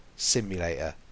simulator